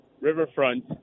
riverfront